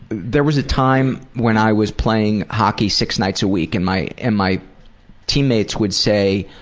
there was time when i was playing hockey six nights a week and my and my team mates would say,